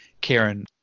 karen